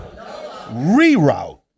reroute